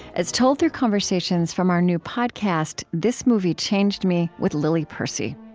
as told through conversations from our new podcast, this movie changed me, with lily percy